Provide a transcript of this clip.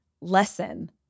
lesson